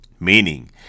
Meaning